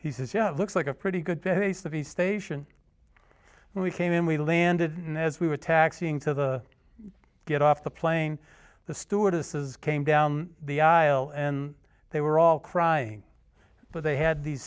he says yeah it looks like a pretty good face of the station when we came in we landed and as we were taxiing to the get off the plane the stewardesses came down the aisle and they were all crying but they had these